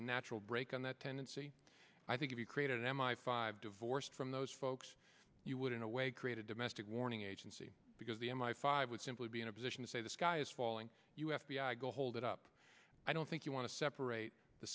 a natural brake on that tendency i think if you created m i five divorced from those folks you would in a way create a domestic warning agency because the m i five would simply be in a position to say the sky is falling you f b i go hold it up i don't think you want to separate the